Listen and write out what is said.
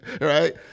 right